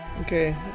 Okay